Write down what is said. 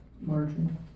margin